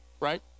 Right